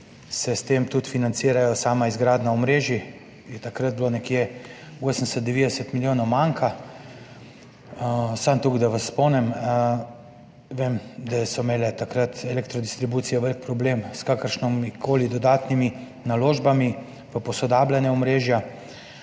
s tem financirajo, sama izgradnja omrežij, takrat je bilo nekje 80, 90 milijonov manka. Samo toliko, da vas spomnim. Vem, da so imele takrat elektrodistribucije velik problem s kakršnimikoli dodatnimi naložbami v posodabljanje omrežja,